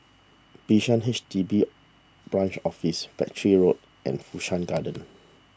Bishan H D B Branch Office Battery Road and Fu Shan Garden